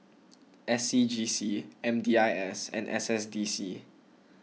S C G C M D I S and S S D C